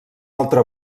altra